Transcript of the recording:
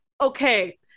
okay